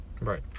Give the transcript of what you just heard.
right